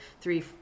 three